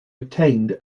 obtained